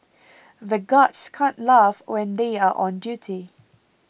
the guards can't laugh when they are on duty